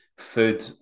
food